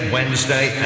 Wednesday